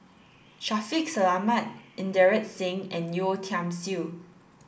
Shaffiq Selamat Inderjit Singh and Yeo Tiam Siew